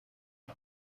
peu